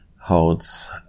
holds